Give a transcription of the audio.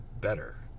better